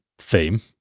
Theme